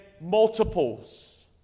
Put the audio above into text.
multiples